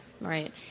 Right